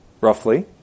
roughly